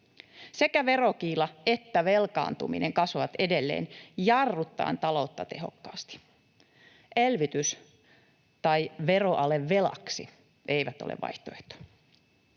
Sekä verokiila että velkaantuminen kasvavat edelleen jarruttaen taloutta tehokkaasti. Elvytys tai veroale velaksi ei ole vaihtoehto.